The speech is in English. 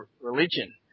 religion